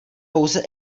pouze